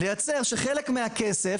לייצר שחלק מהכסף,